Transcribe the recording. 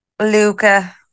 Luca